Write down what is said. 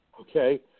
Okay